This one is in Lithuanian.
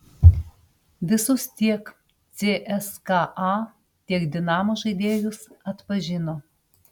visus tiek cska tiek dinamo žaidėjus atpažino